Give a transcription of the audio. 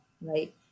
right